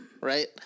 right